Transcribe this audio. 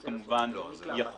זה כמובן יחול,